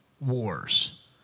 wars